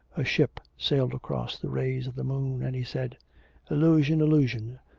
a ship sailed across the rays of the moon, and he said illusion, illusion!